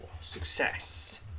success